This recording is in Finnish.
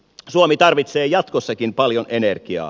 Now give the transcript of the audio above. suomi tarvitsee jatkossakin paljon energiaa